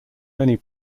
many